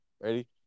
Ready